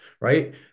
right